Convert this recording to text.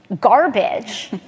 garbage